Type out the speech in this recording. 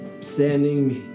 standing